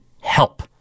help